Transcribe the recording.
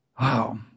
Wow